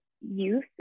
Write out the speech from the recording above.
youth